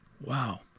Wow